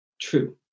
true